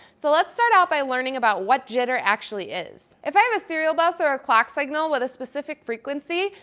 so, let's start out by learning about what jitter actually is. if i have a serial bus or a clock signal with a specific frequency,